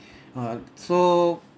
ah so